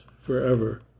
forever